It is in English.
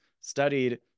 studied